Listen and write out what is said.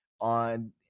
on